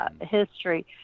history